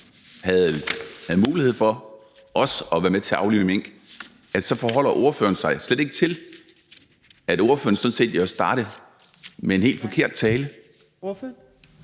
havde mulighed for også at være med til at aflive mink, forholder ordføreren sig slet ikke til, at ordføreren jo sådan set er startet med en helt forkert tale.